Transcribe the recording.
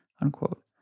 unquote